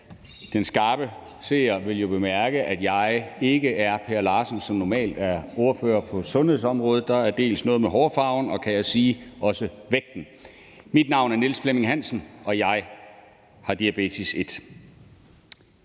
den skarpe seer vil jo bemærke, at jeg ikke er Per Larsen, som normalt er ordfører på sundhedsområdet; der er både noget med hårfarven og, kan jeg sige, også vægten. Mit navn er Niels Flemming Hansen, og jeg har type 1-diabetes.